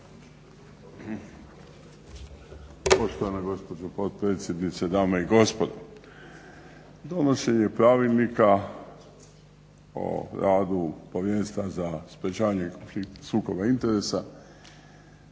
Poštovana gospođo potpredsjednice, dame i gospodo Donošenje Pravilnika o radu Povjerenstva za sprečavanje sukoba interesa